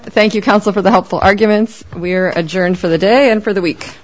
t thank you counsel for the helpful arguments we're adjourned for the day and for the week